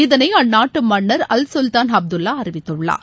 இதனை அந்நாட்டு மன்னர் அல்சுல்தான் அப்துல்லா அறிவித்துள்ளார்